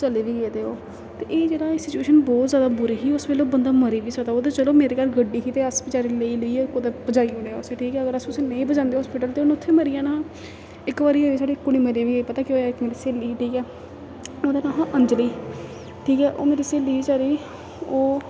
चली बी गेदे ओह् ते एह् जेह्ड़ा सिचुएशन बहुत जादा बुरी ही उस बेल्लै बंदा मरी बी सकदा ओह् ते चलो मेरे घर गड्डी ही ते अस बेचारी लेई लेइयै कुतै पजाई ओड़आ उसी ठीक ऐ अगर अस उसी नेईं बजांदे हास्पिटल ते उन्नै उत्थै मरी जाना हा इक बारी होई साढ़ी कुड़ी मरी बी गेई पता केह् होऐ मेरी स्हेली ठीक ऐ ओह्दा नांऽ हा अंजली ठीक ऐ ओह् मेरी स्हेली बेचारी ओह्